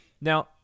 now